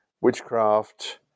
witchcraft